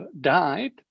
died